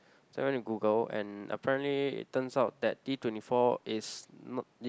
so I went to Google and apparently it turns out that D twenty four is not it